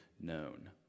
known